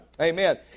Amen